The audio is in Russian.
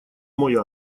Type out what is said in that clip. мой